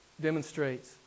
demonstrates